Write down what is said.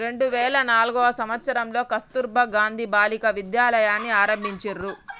రెండు వేల నాల్గవ సంవచ్చరంలో కస్తుర్బా గాంధీ బాలికా విద్యాలయని ఆరంభించిర్రు